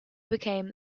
became